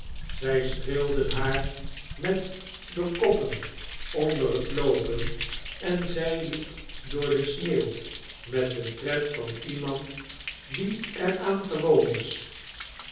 zjj streelden haar met de koppen onder het loopen en zy liep door de sneeuw met den tred van iemand die er aan gewoon is